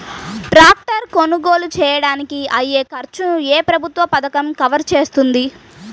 Tractor కొనుగోలు చేయడానికి అయ్యే ఖర్చును ఏ ప్రభుత్వ పథకం కవర్ చేస్తుంది?